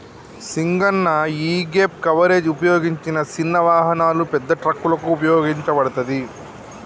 సింగన్న యీగేప్ కవరేజ్ ఉపయోగించిన సిన్న వాహనాలు, పెద్ద ట్రక్కులకు ఉపయోగించబడతది